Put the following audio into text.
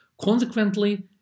Consequently